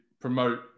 promote